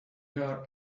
are